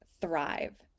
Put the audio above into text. thrive